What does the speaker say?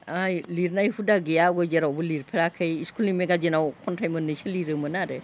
ओइ लिरनाय हुदा गैया आगोल जेरावबो लिरफेराखै स्कुलनि मेगाजिनाव खन्थाइ मोननैसो लिरोमोन आरो